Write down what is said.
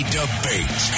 debate